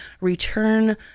return